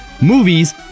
movies